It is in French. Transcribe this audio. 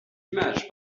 image